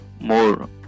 more